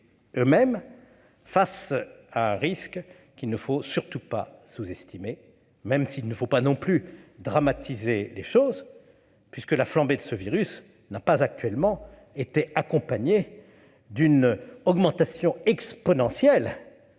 eux-mêmes face à un risque qu'il ne faut surtout pas sous-estimer, même s'il ne faut pas non plus dramatiser les choses, puisque la flambée de ce virus n'a, pour l'heure, pas été accompagnée d'une augmentation exponentielle